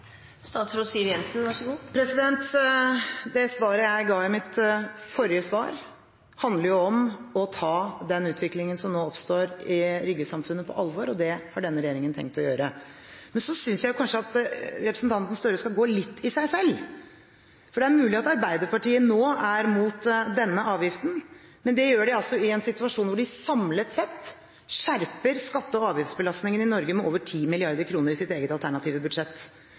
Det jeg sa i mitt forrige svar, handler om å ta den utviklingen som nå oppstår i Rygge-samfunnet, på alvor, og det har denne regjeringen tenkt å gjøre. Men så synes jeg kanskje at representanten Gahr Støre skal gå litt i seg selv. For det er mulig at Arbeiderpartiet nå er imot denne avgiften, men det gjør de altså i en situasjon hvor de samlet sett skjerper skatte- og avgiftsbelastningen i Norge med over 10 mrd. kr i sitt eget alternative budsjett.